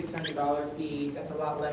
ah like fee, that's a lot less.